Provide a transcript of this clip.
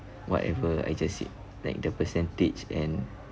whatever I just said like the percentage and